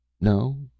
No